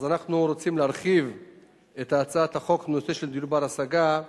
אנחנו רוצים להרחיב את הצעת החוק בנושא של דיור בר-השגה,